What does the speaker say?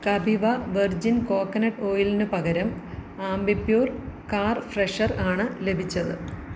Kapiva virgin coconut ഓയിൽന് പകരം Ambi Pur car freshener ആണ് ലഭിച്ചത്